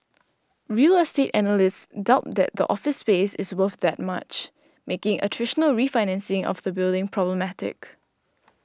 real estate analysts doubt that the office space is worth that much making a traditional refinancing of the building problematic